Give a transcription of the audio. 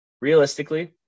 Realistically